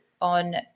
on